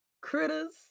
critters